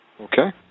Okay